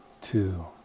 two